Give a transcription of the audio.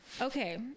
Okay